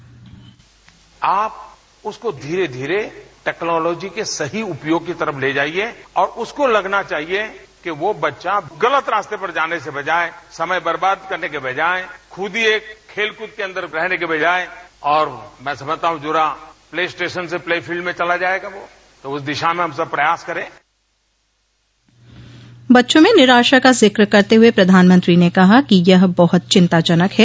bite आप उसको धीरे धीरे टेक्नॉलोजी के सही उपयोग की तरफ ले जाइये और उसको लगना चाहिए कि वो बच्चा गलत रास्ते पर जाने की बजाए समय बर्बाद करने के बजाए खुद ही एक खेलकूद के अंदर रहने के बजाए और मैं समझता हूं जो राह प्ले स्टेशन से प्ले फील्ड में चला जाएगा वो तो उस दिशा में हम सब प्रयास करें बच्चों में निराशा का जिक्र करते हुए प्रधानमंत्री ने कहा कि यह बहुत चिंताजनक है